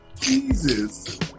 Jesus